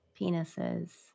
penises